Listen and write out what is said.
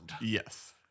Yes